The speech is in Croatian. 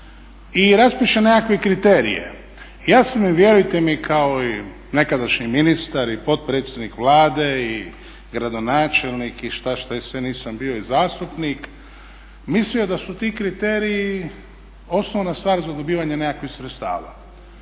i raspiše nekakve kriterije. Ja sam vjerujte mi kao i nekadašnji ministar i potpredsjednik Vlade i gradonačelnik i šta sve nisam bio i zastupnik mislio da su ti kriteriji osnovna stvar za dobivanje nekakvih sredstava.